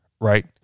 right